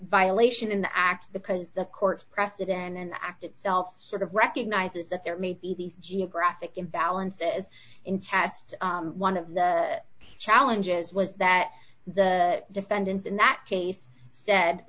violation in the act because the court precedent and the act itself sort of recognizes that there may be these geographic imbalances in test one of the challenges was that the defendants in that case said